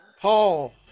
Paul